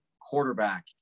quarterback